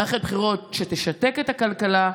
מערכת בחירות שתשתק את הכלכלה,